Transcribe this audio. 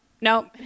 nope